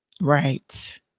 Right